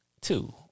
Two